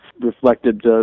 reflected